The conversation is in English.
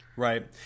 Right